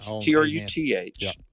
T-R-U-T-H